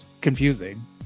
confusing